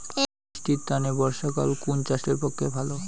বৃষ্টির তানে বর্ষাকাল কুন চাষের পক্ষে ভালো?